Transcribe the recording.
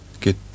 get